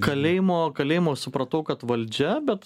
kalėjimo kalėjimo supratau kad valdžia bet